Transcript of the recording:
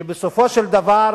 שבסופו של דבר